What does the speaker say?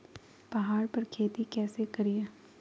पहाड़ पर खेती कैसे करीये?